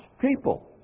people